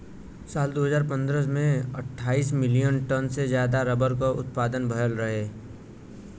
साल दू हज़ार सत्रह में अट्ठाईस मिलियन टन से जादा रबर क उत्पदान भयल रहे